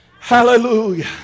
Hallelujah